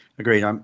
Agreed